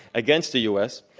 against the u. s.